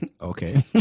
Okay